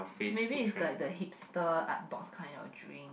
maybe it's like the hipster art box kind of drink